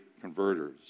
converters